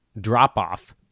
drop-off